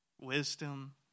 wisdom